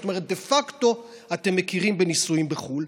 זאת אומרת, דה פקטו אתם מכירים בנישואין בחו"ל,